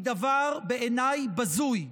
היא בעיניי דבר בזוי,